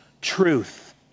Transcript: truth